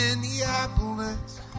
Minneapolis